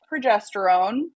progesterone